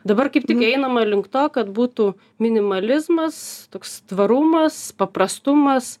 dabar kryptingai einama link to kad būtų minimalizmas toks tvarumas paprastumas